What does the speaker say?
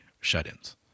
shut-ins